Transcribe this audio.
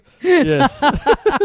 Yes